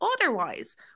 Otherwise